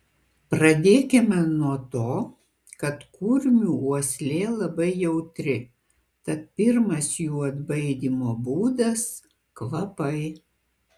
pradėkime nuo to kad kurmių uoslė labai jautri tad pirmas jų atbaidymo būdas kvapai